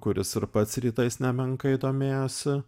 kuris ir pats rytais nemenkai domėjosi